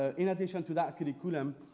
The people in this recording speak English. in addition to that curriculum,